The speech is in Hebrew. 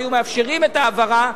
מאפשרות את ההעברה.